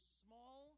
small